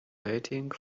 waiting